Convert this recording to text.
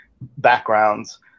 backgrounds